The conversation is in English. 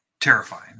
terrifying